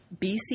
bc